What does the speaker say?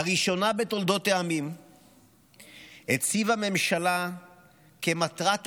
לראשונה בתולדות העמים הציבה ממשלה כמטרת-העל